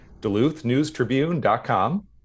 Duluthnewstribune.com